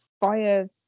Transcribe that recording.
fire